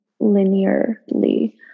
linearly